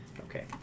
Okay